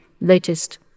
latest